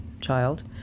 child